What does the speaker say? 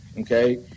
okay